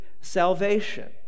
salvation